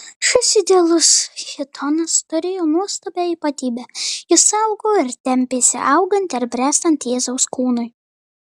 šis idealus chitonas turėjo nuostabią ypatybę jis augo ir tempėsi augant ir bręstant jėzaus kūnui